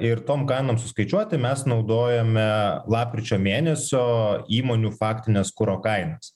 ir tom kainom suskaičiuoti mes naudojame lapkričio mėnesio įmonių faktines kuro kainas